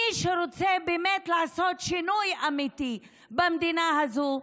מי שרוצה באמת לעשות שינוי אמיתי במדינה הזאת,